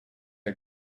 are